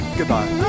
goodbye